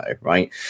Right